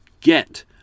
get